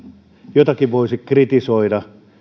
jotakin voisi kritisoida